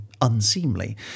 unseemly